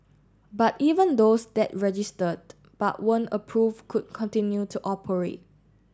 but even those that registered but weren't approve could continue to operate